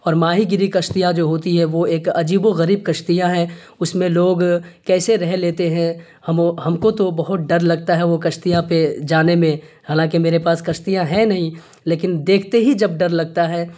اور ماہی گیری کشتیاں جو ہوتی ہیں وہ ایک عجیب و غریب کشتیاں ہیں اس میں لوگ کیسے رہ لیتے ہیں ہم وہ ہم کو تو بہت ڈر لگتا ہے وہ کشتیاں پہ جانے میں حالانکہ میرے پاس کشتیاں ہیں نہیں لیکن دیکھتے ہی جب ڈر لگتا ہے